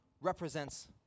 represents